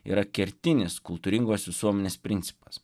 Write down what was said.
yra kertinis kultūringos visuomenės principas